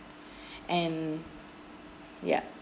and yup